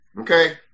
Okay